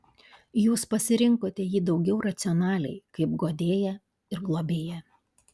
jūs pasirinkote jį daugiau racionaliai kaip guodėją ir globėją